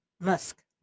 Musk